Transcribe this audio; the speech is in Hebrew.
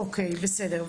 אוקיי, בסדר.